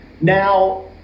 now